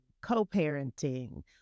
co-parenting